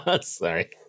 Sorry